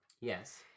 Yes